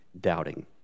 doubting